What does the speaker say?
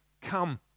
come